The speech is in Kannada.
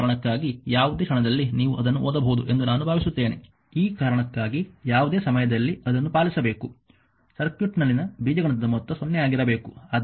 ಈ ಕಾರಣಕ್ಕಾಗಿ ಯಾವುದೇ ಕ್ಷಣದಲ್ಲಿ ನೀವು ಅದನ್ನು ಓದಬಹುದು ಎಂದು ನಾನು ಭಾವಿಸುತ್ತೇನೆ ಈ ಕಾರಣಕ್ಕಾಗಿ ಯಾವುದೇ ಸಮಯದಲ್ಲಿ ಅದನ್ನು ಪಾಲಿಸಬೇಕು ಸರ್ಕ್ಯೂಟ್ನಲ್ಲಿನ ಬೀಜಗಣಿತದ ಮೊತ್ತ 0 ಆಗಿರಬೇಕು